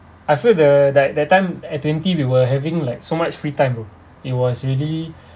I feel the that that time at twenty we were having like so much free time bro it was really